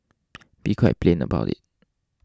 be quite plain about it